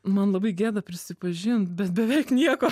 man labai gėda prisipažint bet beveik nieko